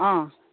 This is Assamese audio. অঁ